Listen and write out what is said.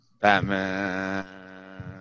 Batman